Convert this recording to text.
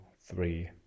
three